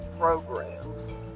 programs